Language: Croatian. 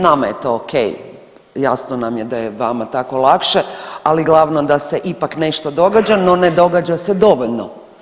Nama je to ok, jasno nam je da je vama tako lakše ali glavno da se ipak nešto događa, no ne događa se dovoljno.